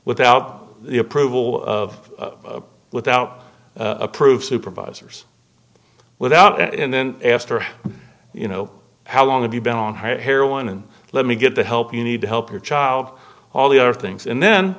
without the approval of without proof supervisors without and then after you know how long have you been on heroin and let me get the help you need to help your child all the other things and then